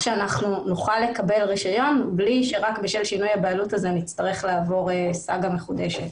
נוכל לקבל רישיון בלי שרק בשל שינוי הבעלות נצטרך לעבור סאגה מחודשת.